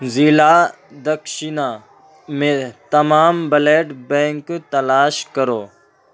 ضلع دکشینہ میں تمام بلڈ بینک تلاش کرو